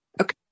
Okay